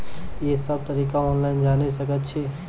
ई सब तरीका ऑनलाइन जानि सकैत छी?